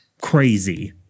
crazy